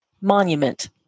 monument